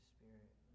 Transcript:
Spirit